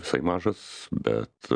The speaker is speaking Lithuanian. visai mažos bet